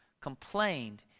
complained